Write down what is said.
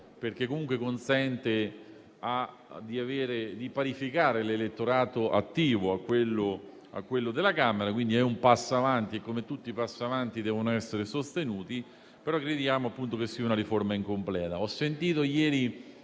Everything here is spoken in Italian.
perché comunque consente di parificare l'elettorato attivo a quello della Camera, quindi è un passo in avanti e come tutti i passi in avanti deve essere sostenuto, ma crediamo anche che sia una riforma incompleta.